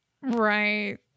Right